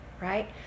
right